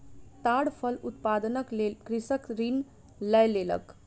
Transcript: ताड़ फल उत्पादनक लेल कृषक ऋण लय लेलक